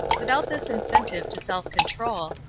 without this incentive to self-control,